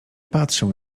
patrzył